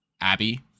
Abby